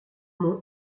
nom